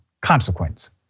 consequence